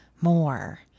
more